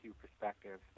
perspective